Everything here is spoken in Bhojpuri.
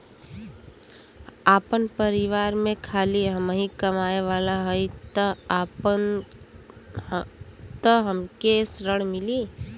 आपन परिवार में खाली हमहीं कमाये वाला हई तह हमके ऋण मिली?